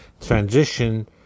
Transition